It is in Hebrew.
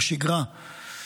בשגרה,